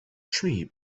tree